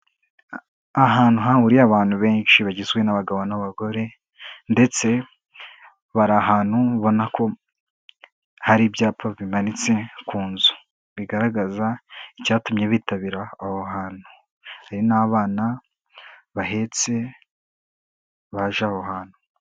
Ahantu hahuriye abantu benshi bagizwe n'abagabo n'abagore ndetse bari ahantu ubona ko hari ibyapa bimanitse ku nzu, bigaragaza icyatumye bitabira aho hantu, hari n'abana bahetse baje aho hantu.